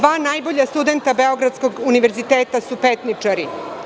Dva najbolja studenta Beogradskog univerziteta su „Petničari“